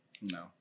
No